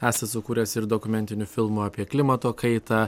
esat sukūręs ir dokumentinių filmų apie klimato kaitą